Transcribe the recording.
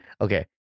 Okay